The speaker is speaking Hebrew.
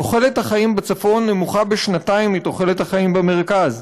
תוחלת החיים בצפון נמוכה בשנתיים מתוחלת החיים במרכז.